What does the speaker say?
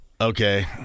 okay